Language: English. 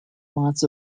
lots